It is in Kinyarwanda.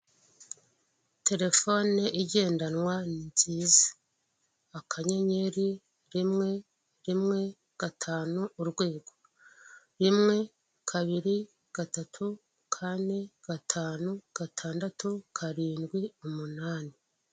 Telefone igendanwa ni nziza akanyenyeri rimwe rimwe gatanu urwego rimwe kabiri gatatu kane gatanu gatandatu karindwi umunani.